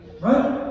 Right